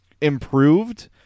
improved